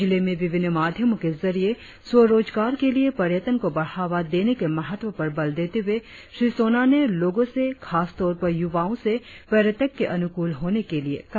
जिले में विभिन्न माध्यमों के जरिए स्व रोजगार के लिए पर्यटन को बढ़ावा देने के महत्व पर बल देते हुए श्री सोना ने लोगों से खासतौर पर युवाओं से पर्यटक के अनुकूल होने के लिए कहा